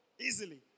easily